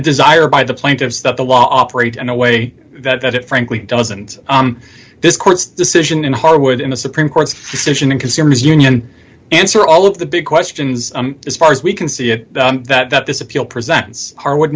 desire by the plaintiffs that the law operates in a way that it frankly doesn't this court's decision in harwood in the supreme court's decision and consumers union answer all of the big questions as far as we can see it that this appeal presents are what